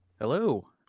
hello